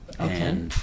okay